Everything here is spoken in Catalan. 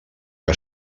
que